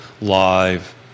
live